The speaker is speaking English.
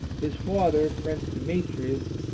his father, prince demetrius,